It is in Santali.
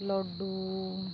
ᱞᱟᱹᱰᱩ